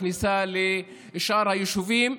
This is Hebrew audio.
בכניסה לשאר היישובים,